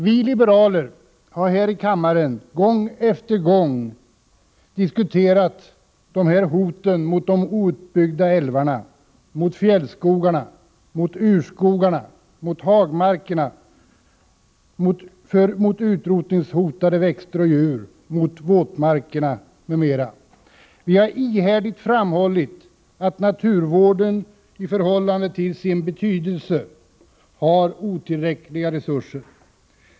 Vi liberaler har här i kammaren gång efter gång diskuterat hoten mot de outbyggda älvarna, fjällskogarna, urskogarna, hagmarkerna, utrotningshotade växter och djur, våtmarker m.m. Vi har ihärdigt framhållit att naturvården i förhållande till sin betydelse har otillräckliga resurser.